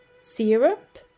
syrup